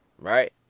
Right